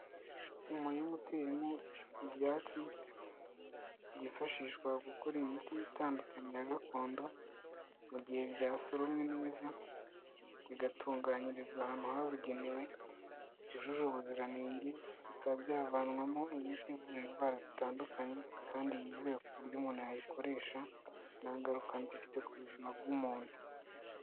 Umuringa uteye mo ibyatsi byifashishwa gukora imiti itandukanye na gakondo mu gihe byasuromwe neza bigatunganyirizwa ahantu habugenewe hujuje ubuziranenge bikaba byavanwamo imiti yo kuvura indwara zitandukanye kandi yizewe ku buryo umuntu yayikoresha nta ngaruka mbi ifite ku buzima bw'umuntu.